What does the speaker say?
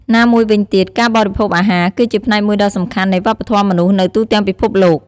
ណាមួយវិញទៀតការបរិភោគអាហារ គឺជាផ្នែកមួយដ៏សំខាន់នៃវប្បធម៌មនុស្សនៅទូទាំងពិភពលោក។